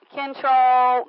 control